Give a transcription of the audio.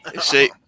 See